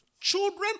children